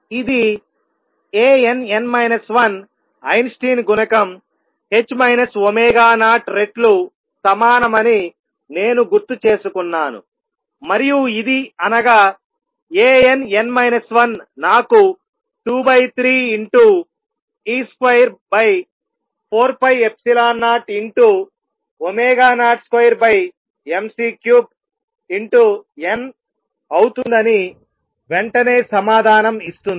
ఇది Ann 1 Einstein గుణకం 0 రెట్లు సమానమని నేను గుర్తుచేసుకున్నాను మరియు ఇది అనగా Ann 1 నాకు 23e24π002mc3n అవుతుందని వెంటనే సమాధానం ఇస్తుంది